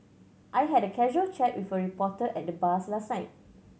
I had a casual chat with a reporter at the bars last night